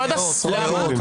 עשרות?